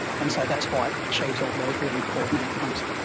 and so that's why it achieves all those really important outcomes.